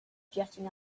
jetting